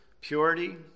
purity